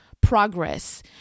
progress